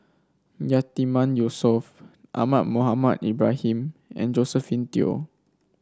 Yatiman Yusof Ahmad Mohamed Ibrahim and Josephine Teo